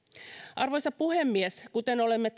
arvoisa puhemies kuten olemme